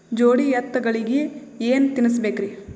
ಜೋಡಿ ಎತ್ತಗಳಿಗಿ ಏನ ತಿನಸಬೇಕ್ರಿ?